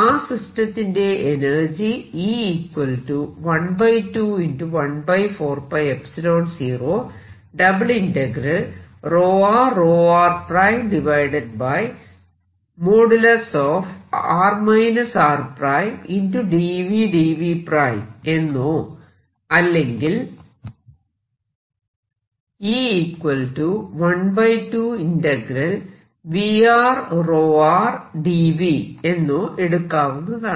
ആ സിസ്റ്റത്തിന്റെ എനർജി എന്നോ അല്ലെങ്കിൽ എന്നോ എടുക്കാവുന്നതാണ്